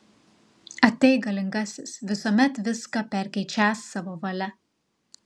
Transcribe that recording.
ateik galingasis visuomet viską perkeičiąs savo valia